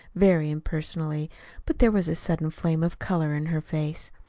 very impersonally but there was a sudden flame of color in her face.